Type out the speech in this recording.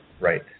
Right